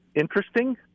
interesting